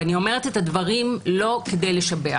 אני אומרת את הדברים לא כדי לשבח.